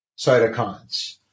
cytokines